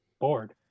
bored